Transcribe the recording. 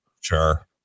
Sure